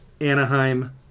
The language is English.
Anaheim